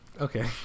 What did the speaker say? Okay